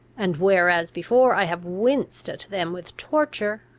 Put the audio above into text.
and, whereas before i have winced at them with torture,